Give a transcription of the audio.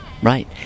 Right